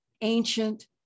ancient